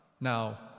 Now